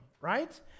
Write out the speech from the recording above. right